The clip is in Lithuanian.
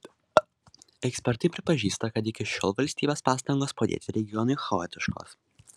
ekspertai pripažįsta kad iki šiol valstybės pastangos padėti regionui chaotiškos